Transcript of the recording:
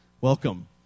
Welcome